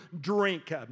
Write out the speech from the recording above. drink